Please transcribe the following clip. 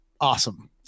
awesome